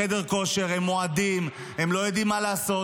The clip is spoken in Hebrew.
לחדר הכושר, הם מועדים, הם לא יודעים מה לעשות.